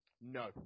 No